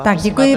Tak děkuji.